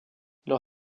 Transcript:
leur